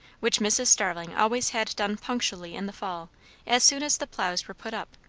which mrs. starling always had done punctually in the fall as soon as the ploughs were put up.